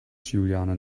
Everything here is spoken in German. juliane